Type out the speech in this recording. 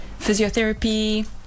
physiotherapy